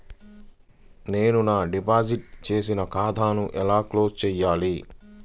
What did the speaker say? నేను నా డిపాజిట్ చేసిన ఖాతాను ఎలా క్లోజ్ చేయాలి?